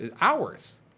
hours